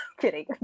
Kidding